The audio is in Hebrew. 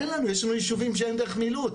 אין לנו, יש לנו ישובים שאין דרך מילוט.